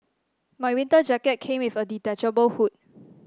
my winter jacket came with a detachable hood